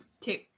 Two